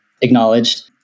acknowledged